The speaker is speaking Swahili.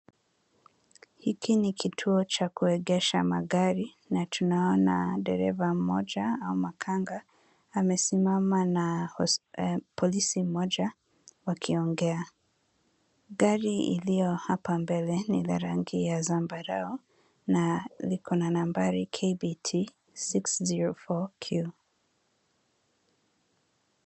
Hiki ni kituo cha kuegesha magari na tunaona dereva mmoja au makanga amesimama na polisi mmoja wakiongea. Gari iliyo hapa mbele ni la rangi ya zambarau na liko na nambari KBT 604Q.